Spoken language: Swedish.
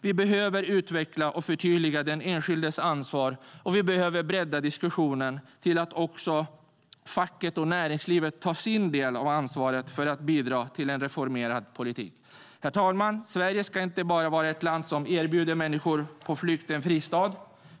Vi behöver utveckla och förtydliga den enskildes ansvar, och vi behöver bredda diskussionen så att också facket och näringslivet tar sin del av ansvaret för att bidra till en reformerad politik. Herr talman! Sverige ska inte bara vara ett land som erbjuder människor på flykt en fristad.